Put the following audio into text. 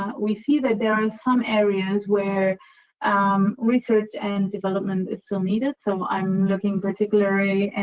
and we see that there are some areas where research and development is still needed. so, i'm looking, particularly,